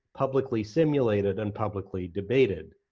publicly simulated, and publicly debated.